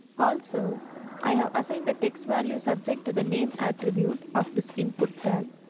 also i have assigned that text value subject to the name attribute of this input tag.